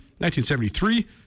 1973